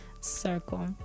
circle